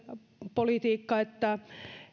politiikka että